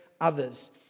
others